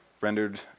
rendered